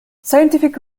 scientific